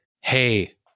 Hey